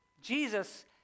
Jesus